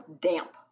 damp